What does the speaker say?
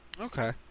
okay